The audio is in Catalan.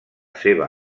seva